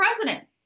president